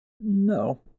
No